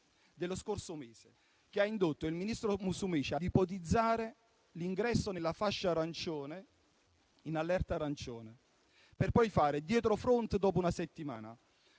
dello scorso mese che ha indotto il ministro Musumeci ad ipotizzare l'ingresso nell'allerta arancione, per poi fare dietrofront dopo una settimana.